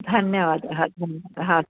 धन्यवादाः धन्यवादाः